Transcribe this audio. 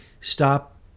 stop